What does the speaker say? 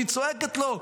היא צועקת לו: